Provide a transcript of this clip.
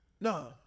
No